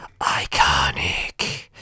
iconic